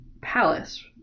palace